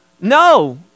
No